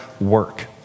work